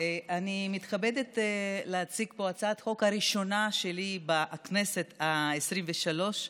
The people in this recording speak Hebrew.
אני מתכבדת להציג פה את הצעת החוק הראשונה שלי בכנסת העשרים-ושלוש,